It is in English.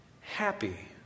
happy